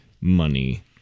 money